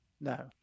No